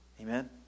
amen